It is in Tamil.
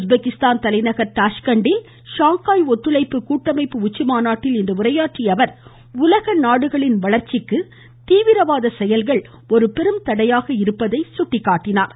உஸ்பெகிஸ்தான் தலைநகர் தாஷ்கண்ட்டில் ஷாங்காய் ஒத்துழைப்பு கூட்டமைப்பு உச்சி மாநாட்டில் இன்று உரையாற்றிய அவர் உலக நாடுகளின் வளர்ச்சிக்கு தீவிரவாத செயல்கள் ஒரு பெரும் தடையாக இருப்பதாக சுட்டிக்காட்டினார்